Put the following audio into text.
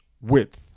Width